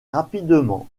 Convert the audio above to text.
rapidement